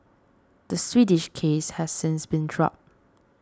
the Swedish case has since been dropped